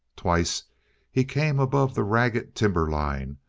twice he came above the ragged timber line,